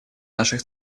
наших